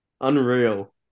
Unreal